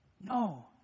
No